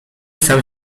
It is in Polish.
sam